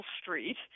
Street